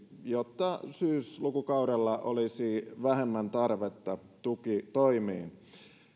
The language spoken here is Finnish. jotta syyslukukaudella olisi vähemmän tarvetta tukitoimiin